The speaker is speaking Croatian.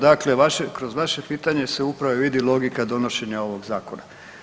Dakle vaše, kroz vaše pitanje se upravo i vidi logika donošenja ovog zakona.